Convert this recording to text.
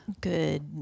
Good